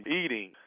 eating